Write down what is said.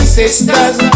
sisters